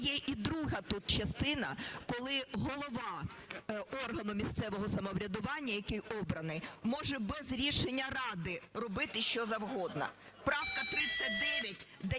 є і друга тут частина, коли голова органу місцевого самоврядування, який обраний, може без рішення ради робити що завгодно. Правка 39